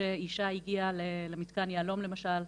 שאישה שהגיעה למתקן יהלו"ם, למשל,